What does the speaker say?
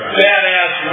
badass